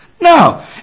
No